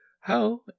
How